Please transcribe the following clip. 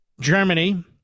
Germany